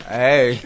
hey